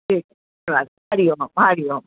जी धन्यवाद हरिओम अमां हरिओम